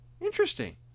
Interesting